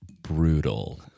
brutal